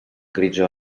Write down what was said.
grigio